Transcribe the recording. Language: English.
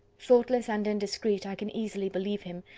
thoughtless and indiscreet i can easily believe him,